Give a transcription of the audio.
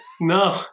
no